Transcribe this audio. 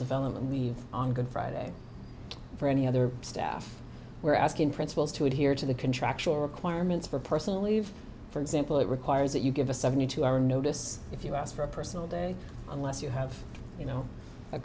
development leave on good friday for any other staff we're asking principals to adhere to the contractual requirements for personal leave for example it requires that you give a seventy two hour notice if you ask for a personal day unless you have you know a